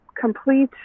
complete